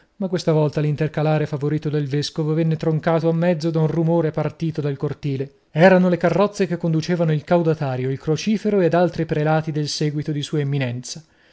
ma questa volta l'intercalare favorito del vescovo venne troncato a mezzo da un rumore partito dal cortile erano le carrozze che conducevano il caudatario il crocifero ed altri prelati del seguito di sua eminenza